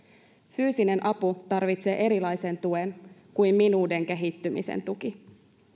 fyysinen apu tarvitsee erilaisen tuen kuin minuuden kehittymisen tuki